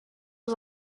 was